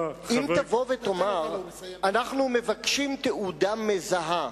אם תבוא ותאמר: אנחנו מבקשים תעודה מזהה,